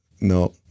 No